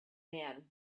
man